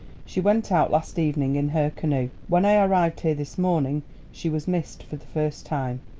she went out last evening in her canoe. when i arrived here this morning she was missed for the first time.